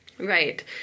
Right